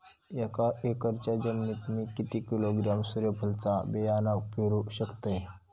एक एकरच्या जमिनीत मी किती किलोग्रॅम सूर्यफुलचा बियाणा पेरु शकतय?